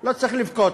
לא צריך לבכות.